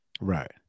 Right